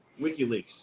wikileaks